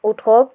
উৎসৱ